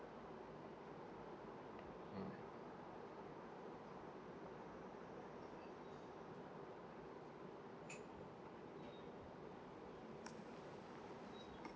mm